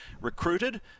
recruited